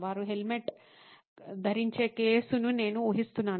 వారు హెల్మెట్ ధరించే కేసును నేను ఊహిస్తున్నాను